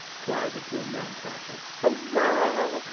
cried the two young cratchits. hurrah!